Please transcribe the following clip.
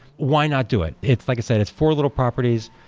why not do it? it's like i said, it's four little properties.